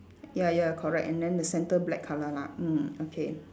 ya ya correct and then the centre black colour lah mm okay